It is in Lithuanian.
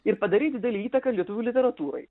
ir padarei didelę įtaką lietuvių literatūrai